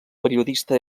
periodista